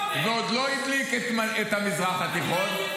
----- ועוד לא הדליק את המזרח התיכון,